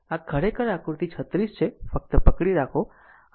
આ ખરેખર આકૃતિ 36 છે ફક્ત પકડી રાખો